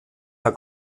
der